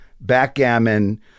backgammon